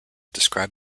described